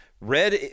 red